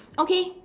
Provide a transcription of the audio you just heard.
okay